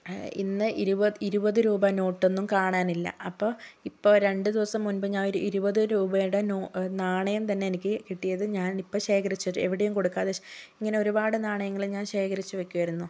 ഇന്ന് ഇരുപ ഇരുപത് രൂപ നോട്ടൊന്നും കാണാനില്ല അപ്പോൾ ഇപ്പോൾ രണ്ടു ദിവസം മുമ്പ് ഞാൻ ഒരു ഇരുപത് രൂപയുടെ നോ നാണയം തന്നെ എനിക്ക് കിട്ടിയത് ഞാൻ ഇപ്പോൾ ശേഖരിച്ചിട്ടു എവിടെയും കൊടുക്കാതെ ഇങ്ങനെ ഒരുപാട് നാണയങ്ങൾ ഞാൻ ശേഖരിച്ചു വെക്കുമായിരുന്നു